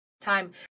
time